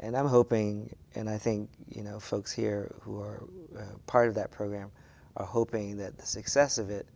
and i'm hoping and i think you know folks here who are part of that program are hoping that the success of it